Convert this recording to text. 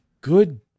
good